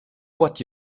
what